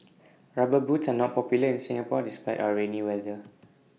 rubber boots are not popular in Singapore despite our rainy weather